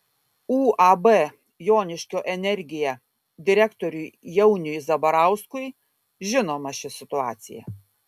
uab joniškio energija direktoriui jauniui zabarauskui žinoma ši situacija